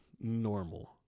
normal